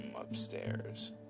upstairs